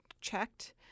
checked